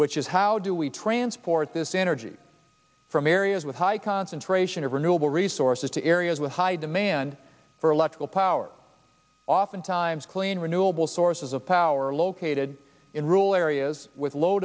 which is how do we transport this energy from areas with high concentration of renewable resources to areas with high demand for electrical power oftentimes clean renewable sources of power located in rural areas with low